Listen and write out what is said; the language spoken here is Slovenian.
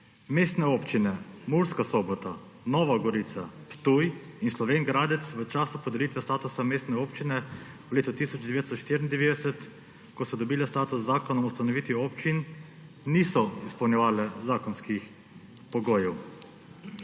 Mestne občine Murska Sobota, Nova Gorica, Ptuj in Slovenj Gradec v času podelitve statusa mestne občine v letu 1994, ko so dobile status z zakonom o ustanovitvi občin, niso izpolnjevale zakonskih pogojev.